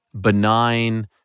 benign